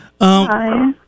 Hi